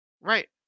Right